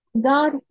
God